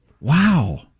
Wow